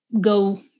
go